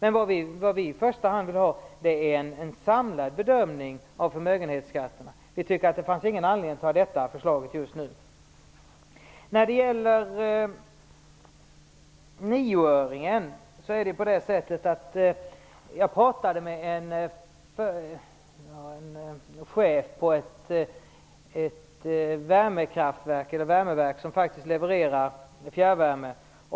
Vi vill i första hand ha en samlad bedömning av förmögenhetsskatterna. Vi tycker inte att det fanns någon anledning att behandla det här förslaget just nu. Sedan har vi detta med nioöringen. Jag pratade med en chef på ett värmeverk som levererar fjärrvärme.